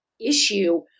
issue